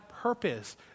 purpose